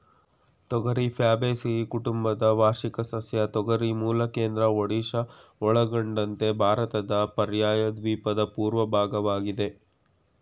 ತೊಗರಿ ಫ್ಯಾಬೇಸಿಯಿ ಕುಟುಂಬದ ವಾರ್ಷಿಕ ಸಸ್ಯ ತೊಗರಿ ಮೂಲ ಕೇಂದ್ರ ಒಡಿಶಾ ಒಳಗೊಂಡಂತೆ ಭಾರತದ ಪರ್ಯಾಯದ್ವೀಪದ ಪೂರ್ವ ಭಾಗವಾಗಿದೆ